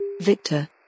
Victor